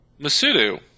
Masudu